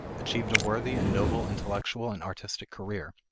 achieved a worthy and noble intellectual and artistic career,